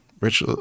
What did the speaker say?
Rich